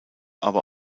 aber